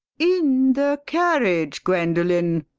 in the carriage, gwendolen!